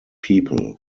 people